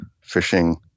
fishing